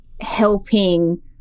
helping